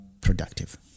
productive